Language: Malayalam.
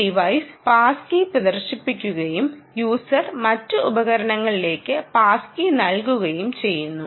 ഒരു ഡിവൈസ് പാസ് കീ പ്രദർശിപ്പിക്കുകയും യൂസർ മറ്റ് ഉപകരണങ്ങളിലേക്ക് പാസ് കീ നൽകുകയും ചെയ്യുന്നു